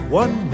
one